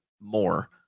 more